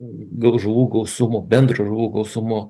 gal žuvų gausumo bendro žuvų gausumo